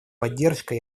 поддержка